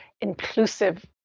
inclusive